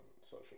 social